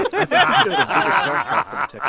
i